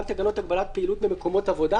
תקנות הגבלת פעילות במקומות עבודה,